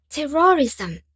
Terrorism